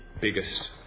biggest